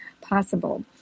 possible